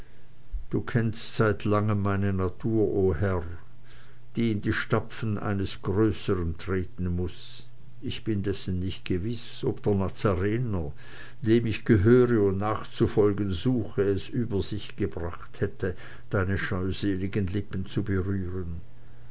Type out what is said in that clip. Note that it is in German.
du kennst seit langem meine natur o herr die in die stapfen eines größeren treten muß ich bin dessen nicht gewiß ob der nazarener dem ich gehöre und nachzufolgen suche es über sich gebracht hätte deine scheuseligen lippen zu berühren